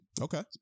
Okay